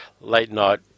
late-night